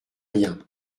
rien